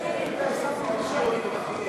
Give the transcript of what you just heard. נתקבלו.